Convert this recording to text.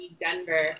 Denver